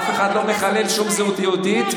אף אחד לא מחלל שום זהות יהודית,